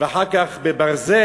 ואחר כך בברזל,